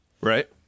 Right